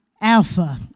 Alpha